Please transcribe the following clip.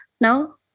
No